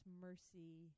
mercy